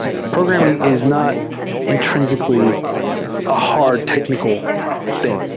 programm ing is not intrinsically a hard technical thing.